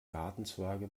gartenzwerge